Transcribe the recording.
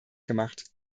gemacht